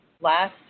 last